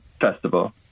Festival